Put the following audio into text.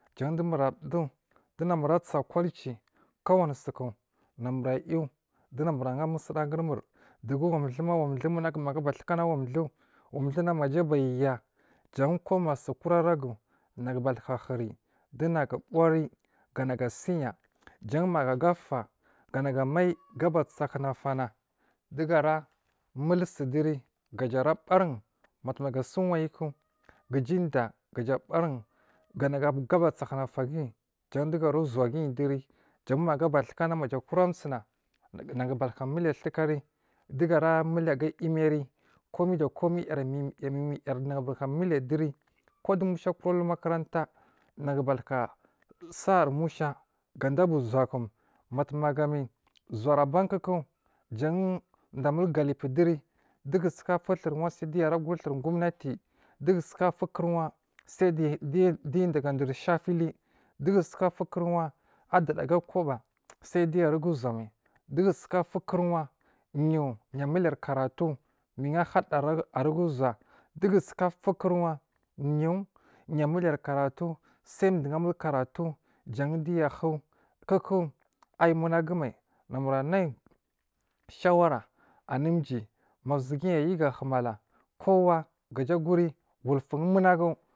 Jam du namir aduwo du namir a tsa kulci a sa kulci kowanisoku namur ayu aluna mur aha musudagumur dugu wandu ma wamdu munagu maga aba tukana wandu wanduna maja abaya jan koma su kura ragu nagu batukahiri dunagu aburi gana gu asiya jan maga a gag a nagu amai guba sahuna fana dugara mulsuduri gajara barin matumaga suwayiku gaja ida gaja barin ganaga gaba sahuna gaguyi dugara zoguyi durijan maga tukana maja kura sowona nagu batuka miliya tukari duga ra miliya aga imiri komai da komi jar mimiyar mimiyar nagu batukamil, ya diri kodu musha a kuba alu. Mukuranta nagu batuka sori musha gada abu zowohu matumaga mi zuwori abankuku jan da a mul galipuduri duga sukafu turwa saidiya ra kuri turi gomnati duga sukafukurwa sai diya daga duri shafu li aburi wa ada da ago koba sai di ya diya aruga zowomai dugasuka fukur way u ya muliya karatu mihur da aruga zowoa duga suka fukur way u a yamiliyari karatu dugu suka fur karwa yi ya muliya karatu sai du, wamiliya kaaratatu jan diya ahu kuku ayi munagu main a mur anai shawa anu jiyi ma zuguyi ayu gahu mala kowa gaja aguri wulfun munagu.